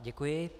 Děkuji.